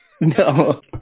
No